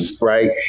right